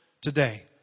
today